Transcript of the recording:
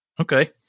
okay